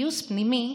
פיוס פנימי,